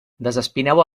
desespineu